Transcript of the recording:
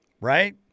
Right